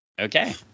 Okay